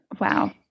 wow